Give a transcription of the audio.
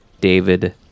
David